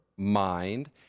mind